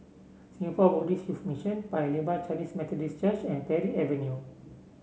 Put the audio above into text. Singapore Buddhist Youth Mission Paya Lebar Chinese Methodist Church and Parry Avenue